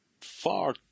far